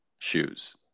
shoes